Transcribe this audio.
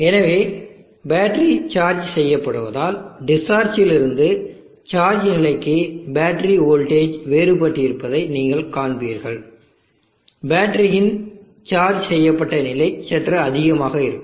எனவே battery charge செய்யப்படுவதால் டிஸ்சார்ஜிலிருந்து சார்ஜ் நிலைக்கு பேட்டரி வோல்டேஜ் வேறுபட்டிருப்பதை நீங்கள் காண்பீர்கள் பேட்டரியின் சார்ஜ் செய்யப்பட்ட நிலை சற்று அதிகமாக இருக்கும்